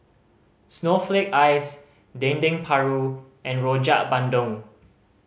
snowflake ice Dendeng Paru and Rojak Bandung